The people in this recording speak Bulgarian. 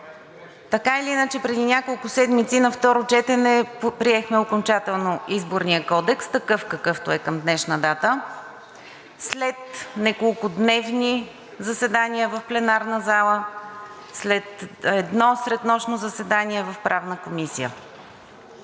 Така или иначе преди няколко седмици на второ четене приехме окончателно Изборния кодекс такъв, какъвто е към днешна дата, след неколкодневни заседания в пленарната зала, след едно среднощно заседание в Правната комисия.